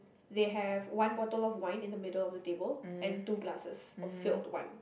they have one bottle of wine in the middle of the table and two glasses of filled wine